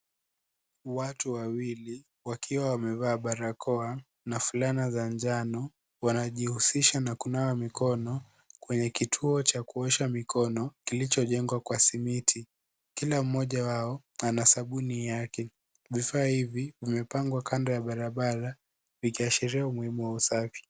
Watu wawili, wakiwa wamevaa barakoa, na fulana za njano, wanajihusisha na kunawa mikono kwenye kituo cha kuosha mikono kilichojengwa kwa simiti. Kila mmoja wao, ana sabuni yake. Vifaa hivi, vimepangwa kando ya barabara vikiashiria umuhimu wa usafi.